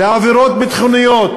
לעבירות ביטחוניות,